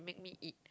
make me eat